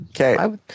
Okay